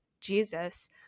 Jesus